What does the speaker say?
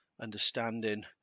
understanding